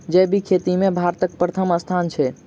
जैबिक खेती मे भारतक परथम स्थान छै